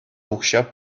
укҫа